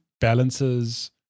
balances